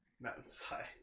mountainside